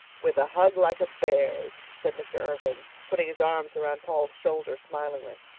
with a hug like a bear's, said mr. irving, putting his arms around paul's shoulder smilingly.